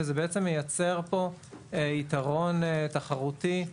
זה מייצר פה, בעצם, יתרון תחרותי,